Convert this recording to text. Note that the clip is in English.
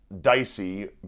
dicey